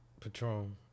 Patron